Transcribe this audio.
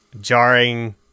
jarring